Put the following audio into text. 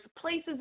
places